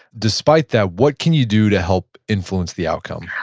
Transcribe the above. despite that, what can you do to help influence the outcome?